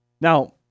Now